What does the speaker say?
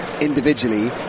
individually